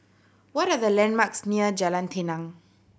what are the landmarks near Jalan Tenang